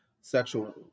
sexual